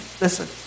Listen